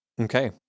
Okay